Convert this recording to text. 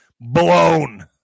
blown